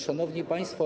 Szanowni Państwo!